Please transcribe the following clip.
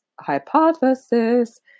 Hypothesis